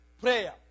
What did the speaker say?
prayer